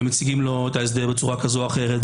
ומציגים לו את ההסדר בצורה כזאת או אחרת,